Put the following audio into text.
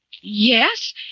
yes